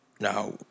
Now